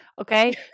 okay